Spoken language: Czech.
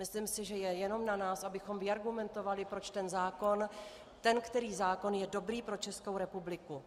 Myslím si, že je jenom na nás, abychom vyargumentovali, proč ten který zákon je dobrý pro Českou republiku.